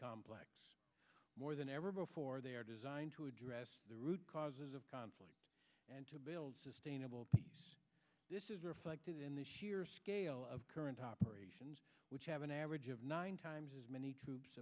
complex more than ever before they are designed to address the root causes of conflict and to build sustainable peace this is reflected in this year scale of current operations which have an average of nine times as many troops